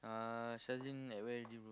uh Shazlin at where already bro